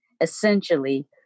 essentially